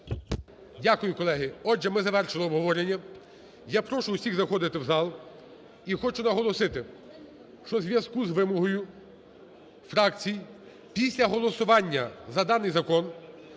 Дякую, колеги. Отже, ми завершили обговорення. Я прошу усіх заходити в зал. І хочу наголосити, що в зв'язку з вимогою фракцій після голосування за даний закон